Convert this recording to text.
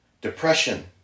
Depression